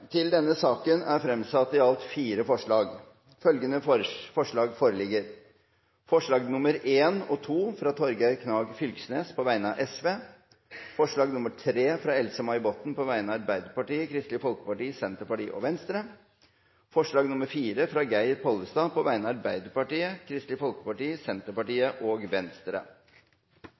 er det fremsatt i alt fire forslag. Det er forslagene nr. 1 og 2, fra Torgeir Knag Fylkesnes på vegne av Sosialistisk Venstreparti forslag nr. 3, fra Else-May Botten på vegne av Arbeiderpartiet, Kristelig Folkeparti, Senterpartiet og Venstre forslag nr. 4, fra Geir Pollestad på vegne av Arbeiderpartiet, Kristelig Folkeparti, Senterpartiet og Venstre